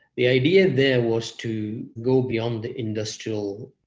the idea there was to go beyond the industrial